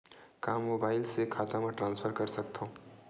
का मोबाइल से खाता म ट्रान्सफर कर सकथव?